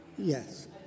Yes